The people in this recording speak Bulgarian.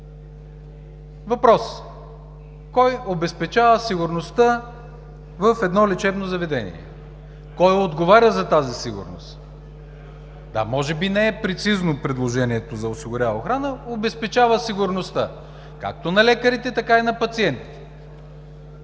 Въпрос: кой обезпечава сигурността в едно лечебно заведение? Кой отговаря за тази сигурност? (Шум и реплики в ГЕРБ.) Да, може би не е прецизно предложението за „осигурява охрана“ – „обезпечава сигурността“, както на лекарите, така и на пациентите.